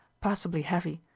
passably heavy.